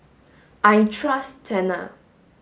I trust Tena